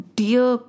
dear